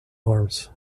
arms